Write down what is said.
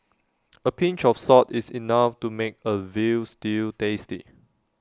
A pinch of salt is enough to make A Veal Stew tasty